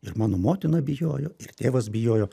ir mano motina bijojo ir tėvas bijojo